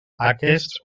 aquests